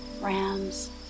rams